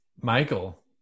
Michael